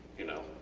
you know,